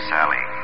Sally